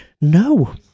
No